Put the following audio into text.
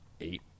Eight